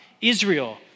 Israel